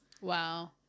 Wow